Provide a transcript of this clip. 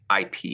IP